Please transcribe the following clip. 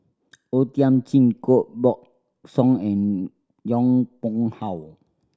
O Thiam Chin Koh Buck Song and Yong Pung How